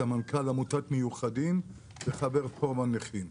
סמנכ"ל עמותת מיוחדים וחבר פורום הנכים.